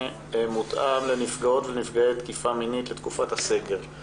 מותאם לנפגעות ולנפגעי תקיפה מינית לתקופת הסגר.